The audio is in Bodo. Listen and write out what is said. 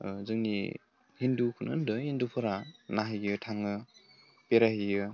जोंनि हिन्दुखोनो होन्दो हिन्दुफोरा नाहैयो थाङो बेरायहैयो